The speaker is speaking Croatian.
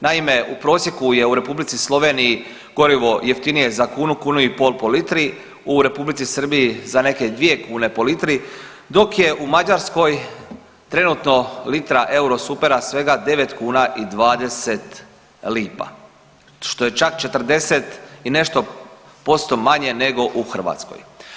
Naime, u prosjeku je u Republici Sloveniji gorivo jeftinije za kunu, kunu i pol po litri, u Republici Srbiji za neke dvije kune po litri, dok je u Mađarskoj trenutno litra eurosupera svega 9,20 što je čak 40 i nešto posto manje nego u Hrvatskoj.